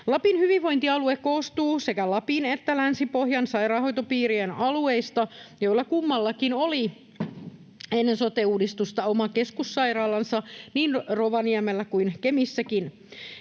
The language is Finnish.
Lapin hyvinvointialue koostuu sekä Lapin että Länsi-Pohjan sairaanhoitopiirien alueista, joilla kummallakin oli ennen sote-uudistusta oma keskussairaalansa niin Rovaniemellä kuin Kemissäkin.